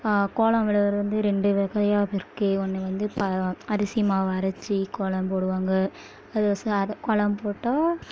கோலம் விடுவது வந்து ரெண்டு வகையாக இருக்குது ஒன்று வந்து அரிசி மாவை அரைச்சி கோலம் போடுவாங்க அது ச கோலம் போட்டால்